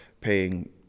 paying